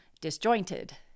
disjointed